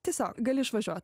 tiesiog gali išvažiuot